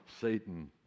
Satan